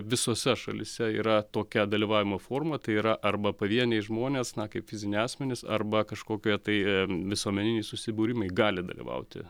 visose šalyse yra tokia dalyvavimo forma tai yra arba pavieniai žmonės na kaip fiziniai asmenys arba kažkokie tai visuomeniniai susibūrimai gali dalyvauti